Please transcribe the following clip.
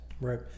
Right